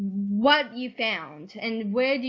what you found and where d.